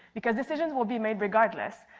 because decisions will be made regardless.